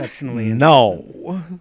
No